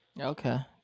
Okay